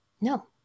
No